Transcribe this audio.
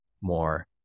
more